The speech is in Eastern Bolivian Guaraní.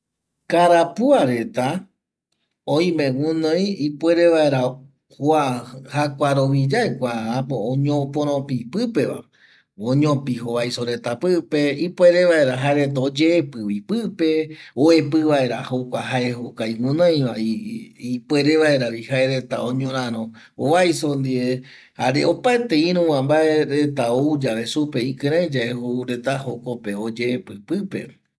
Karapua reta oime guinoi ipuere vaera kua jakuarovi yae oporopi pƚpeva oópi jovaiso reta pƚpe ipuere vaera jaereta oyƚpƚvi pƚpe oepƚ vaera jae jokai gjuinoiva ipuere vaeravi jaereta oñoraro jovaiso ndie jare opaete iruva mbae reta ouyave supe ikƚreƚ yave joureta jokope oyepƚ pƚpe